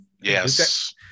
yes